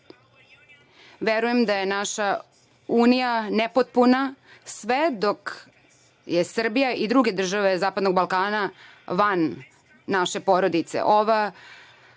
radimo. Verujem da je naša Unija nepotpuna, sve dok je Srbija i druge države Zapadnog Balkana van naše porodice.